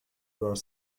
were